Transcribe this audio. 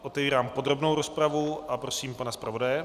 Otevírám podrobnou rozpravu a prosím pana zpravodaje.